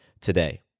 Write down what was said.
today